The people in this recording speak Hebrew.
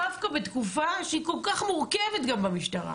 דווקא בתקופה שהיא כל כך מורכבת במשטרה,